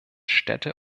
städte